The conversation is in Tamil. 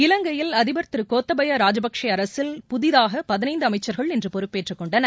இலங்கையில் அதிபர் திருகோத்தபயாராஜபக்சேஅரசில் புதியதாகபதினைந்துஅமைச்சர்கள் இன்றுபொறுப்பேற்றுக்கொண்டனர்